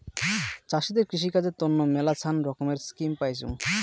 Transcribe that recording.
চাষীদের কৃষিকাজের তন্ন মেলাছান রকমের স্কিম পাইচুঙ